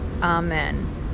Amen